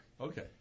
Okay